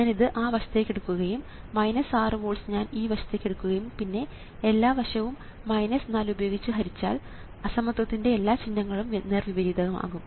ഞാൻ ഇത് ആ വശത്തേക്ക് എടുക്കുകയും 6 വോൾട്സ് ഞാൻ ആ വശത്തേക്ക് എടുക്കുകയും പിന്നെ എല്ലാ വശവും 4 ഉപയോഗിച്ച് ഹരിച്ചാൽ അസമത്വത്തിന്റെ എല്ലാ ചിഹ്നങ്ങളും നേർവിപരീതം ആകും